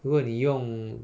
如果你用